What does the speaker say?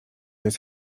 jest